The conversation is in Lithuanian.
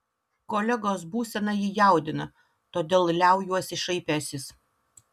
kolegos būsena jį jaudina todėl liaujuosi šaipęsis